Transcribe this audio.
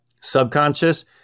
subconscious